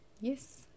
yes